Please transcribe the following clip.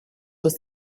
was